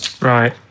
Right